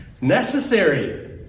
necessary